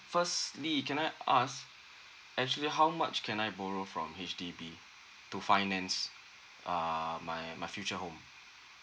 firstly can I ask actually how much can I borrow from H_D_B to finance err my my future home